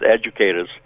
educators